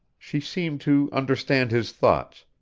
she seemed to understand his thoughts,